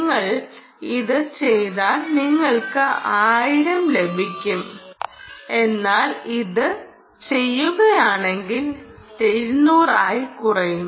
നിങ്ങൾ ഇത് ചെയ്താൽ നിങ്ങൾക്ക് 1000 ലഭിക്കും എന്നാൽ ഇത് ചെയുകയാണെങ്കിൽ അത് 200 ആയി കുറയും